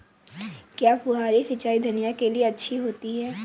क्या फुहारी सिंचाई धनिया के लिए अच्छी होती है?